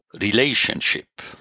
relationship